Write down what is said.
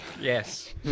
Yes